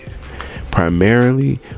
primarily